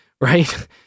right